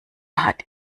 hat